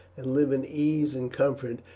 and live in ease and comfort,